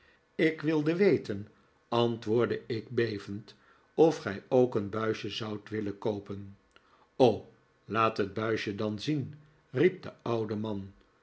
ik wilde weten antwoordde ik bevend of gij ook een buisje zoudt willen koopen r o laat het buisje dan zien riep de oude man